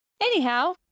Anyhow